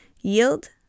Yield